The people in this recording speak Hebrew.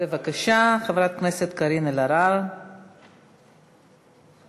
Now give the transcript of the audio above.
חברת הכנסת קארין אלהרר תעלה לפני.